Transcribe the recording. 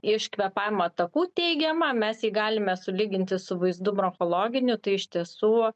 iš kvėpavimo takų teigiamą mes jį galime sulyginti su vaizdu bronchologiniu tai iš tiesų